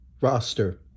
roster